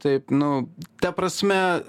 taip nu ta prasme